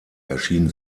erschien